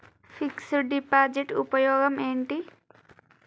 Fix డ్ deposit ఉపయోగం ఏంటి?